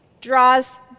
draws